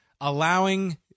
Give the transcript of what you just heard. allowing